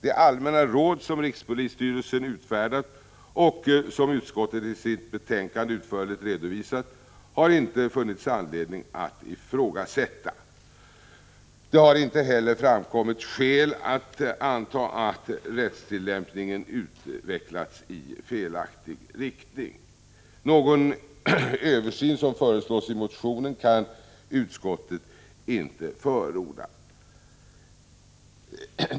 De allmänna råd som rikspolisstyrelsen utfärdat och som utskottet i sitt betänkande utförligt redovisat har det inte funnits anledning att ifrågasätta. Det har inte heller framkommit skäl att anta att rättstillämpningen utvecklats i felaktig riktning. Någon översyn som föreslås i motionen kan utskottet inte förorda.